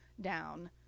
down